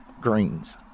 greens